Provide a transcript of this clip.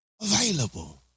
available